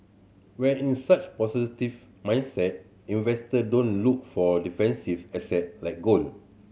when in such positive mindset investor don't look for defensive asset like gold